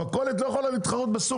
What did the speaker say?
מכולת לא יכולה להתחרות בסופר,